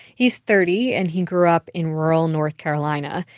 he's thirty, and he grew up in rural north carolina.